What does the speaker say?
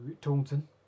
Taunton